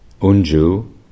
Unju